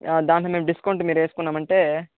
దానికి డిస్కౌంట్ మీద వేసుకున్నాం అంటే